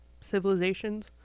civilizations